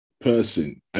person